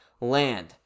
land